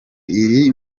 iri